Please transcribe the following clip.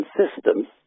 systems